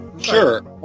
Sure